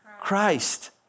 Christ